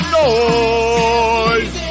noise